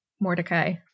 Mordecai